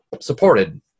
Supported